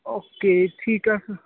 okay ਠੀਕ ਹੈ